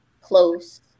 close